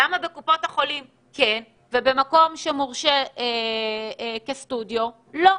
למה בקופות החולים כן ובמקום שמורשה כסטודיו לא?